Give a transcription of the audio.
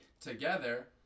together